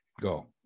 go